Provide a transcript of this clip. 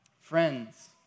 Friends